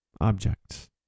objects